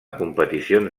competicions